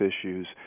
issues